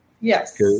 Yes